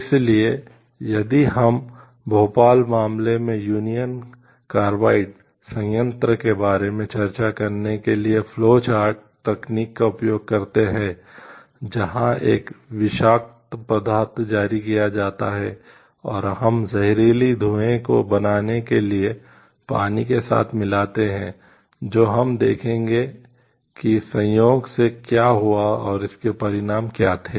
इसलिए यदि हम भोपाल मामले में यूनियन कार्बाइड तकनीक का उपयोग करते हैं जहां एक विषाक्त पदार्थ जारी किया जाता है और हम जहरीले धुएं को बनाने के लिए पानी के साथ मिलाते हैं तो हम देखेंगे कि संयोग से क्या हुआ और इसके परिणाम क्या थे